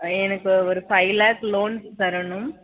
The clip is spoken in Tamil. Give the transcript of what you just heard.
எனக்கு ஒரு ஃபைவ் லேக் லோன் தரணும்